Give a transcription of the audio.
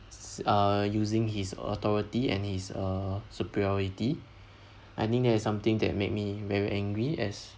s~ uh using his authority and his uh superiority I think that is something that made me very angry as